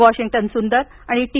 Washington Sundar आणि T